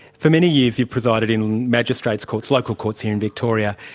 for many years you've presided in magistrates' courts, local courts here in victoria.